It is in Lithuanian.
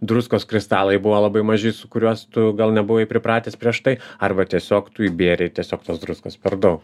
druskos kristalai buvo labai maži su kuriuos tu gal nebuvai pripratęs prieš tai arba tiesiog tu įbėrei tiesiog tos druskos per daug